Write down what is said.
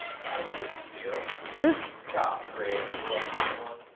probably two, sus? no, three, four, four.